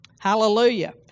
Hallelujah